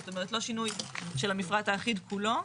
זאת אומרת, לא שינוי של המפרט האחיד כולו,